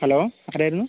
hello ആരായിരുന്നു